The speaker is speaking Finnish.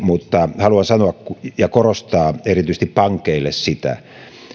mutta haluan sanoa ja korostaa erityisesti pankeille sitä